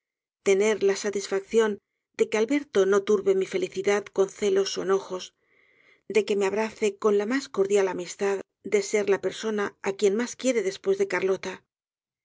carlota tenerla satisfacción de que alberto no turbe mi felicidad con celos ó enojos de que me abrace con la mas cor dialamístad de ser la persona á quien mas quiere después de